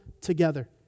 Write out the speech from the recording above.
together